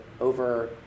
over